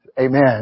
Amen